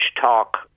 talk